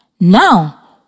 Now